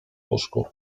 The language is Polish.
łóżku